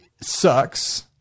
sucks